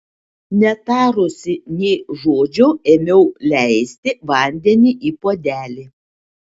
netarusi nė žodžio ėmiau leisti vandenį į puodelį